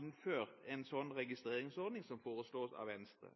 innført en slik registreringsordning som foreslås av Venstre.